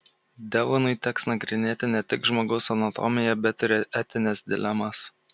devonui teks nagrinėti ne tik žmogaus anatomiją bet ir etines dilemas